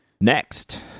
Next